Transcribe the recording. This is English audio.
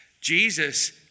Jesus